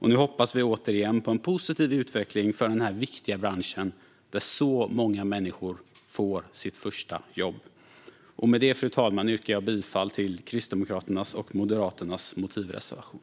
Nu hoppas vi återigen på en positiv utveckling för denna viktiga bransch där så många människor får sitt första jobb. Fru talman! Med detta yrkar jag bifall till Kristdemokraternas och Moderaternas motivreservation.